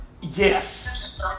Yes